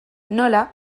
nola